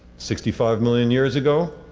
sixty-five million years ago,